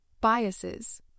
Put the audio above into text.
biases